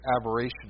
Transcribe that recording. aberration